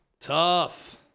Tough